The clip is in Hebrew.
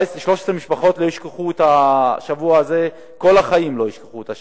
13 משפחות לא ישכחו את השבוע הזה כל החיים, כי הם